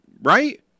right